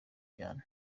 cyane